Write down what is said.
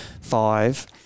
five